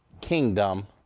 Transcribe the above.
kingdom